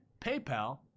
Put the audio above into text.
PayPal